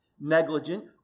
negligent